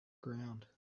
ground